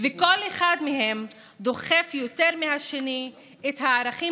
וכל אחד מהם דוחף יותר מהשני את הערכים